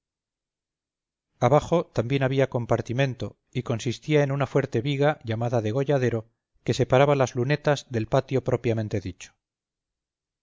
abajo también había compartimiento y consistía en una fuerte viga llamada degolladero que separaba las lunetas del patio propiamente dicho